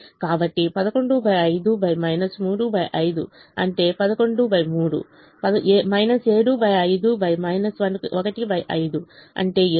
కాబట్టి 115 35 అంటే 113 75 15 అంటే 7